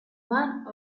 one